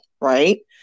Right